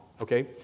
okay